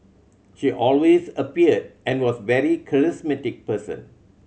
she always appeared and was a very charismatic person